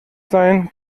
sein